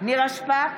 נירה שפק,